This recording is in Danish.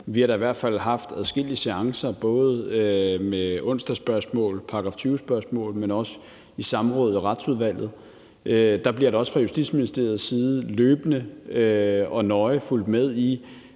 Vi har da i hvert fald haft adskillige seancer, både med onsdagsspørgsmål, altså § 20-spørgsmål, men også i samråd i Retsudvalget. Der bliver da også fra Justitsministeriets side løbende og nøje fulgt med i,